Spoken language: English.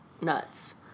nuts